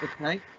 Okay